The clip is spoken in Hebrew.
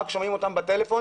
רק שומעים אותם בטלפון